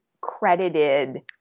credited